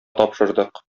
тапшырдык